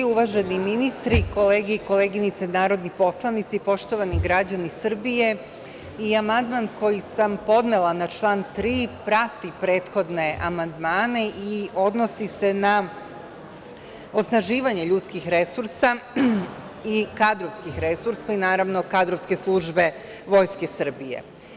Uvaženi ministri, kolege i koleginice narodni poslanici, poštovani građani Srbije, i amandman koji sam podnela na član 3. prati prethodne amandmane i odnosi se na osnaživanje ljudskih resursa i kadrovskih resursa i, naravno, kadrovske službe Vojske Srbije.